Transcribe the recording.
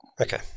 Okay